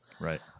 Right